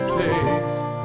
taste